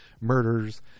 murders